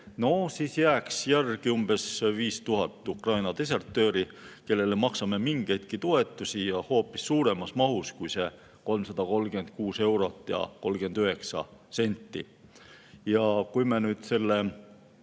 No siis jääks järgi umbes 5000 Ukraina desertööri, kellele maksame mingeidki toetusi ja hoopis suuremas mahus kui see 336 eurot ja 39 senti. Ja kui me nüüd selle